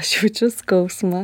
aš jaučiu skausmą